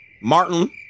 Martin